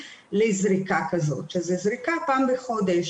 לזריקה כזאת שהיא זריקה של פעם בחודש,